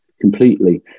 completely